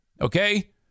Okay